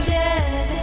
dead